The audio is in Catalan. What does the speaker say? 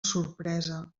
sorpresa